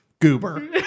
Goober